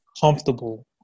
comfortable